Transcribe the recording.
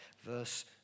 Verse